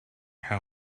how